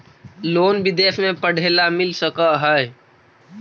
Loan विदेश में पढ़ेला मिल सक हइ?